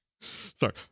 Sorry